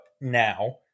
now